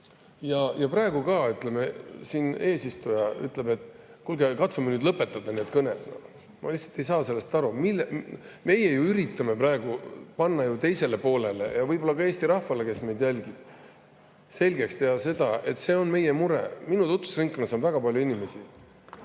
Praegu ka siin eesistuja ütleb, et kuulge, katsume nüüd lõpetada need kõned. Ma lihtsalt ei saa sellest aru. Meie ju üritame praegu teisele poolele ja võib-olla ka Eesti rahvale, kes meid jälgib, selgeks teha seda, et see on meie mure. Minu tutvusringkonnas on väga palju inimesi,